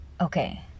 okay